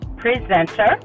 Presenter